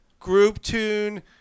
GroupTune